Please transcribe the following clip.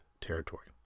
Territory